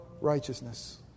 righteousness